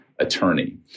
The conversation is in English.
attorney